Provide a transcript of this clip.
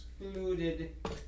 Excluded